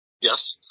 Yes